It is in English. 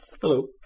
hello